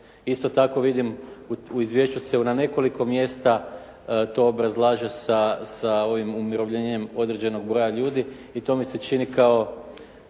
Isto tako vidim u izvješću se na nekoliko mjesta to obrazlaže sa ovim umirovljenjem određenog broja ljudi i to mi se čini kao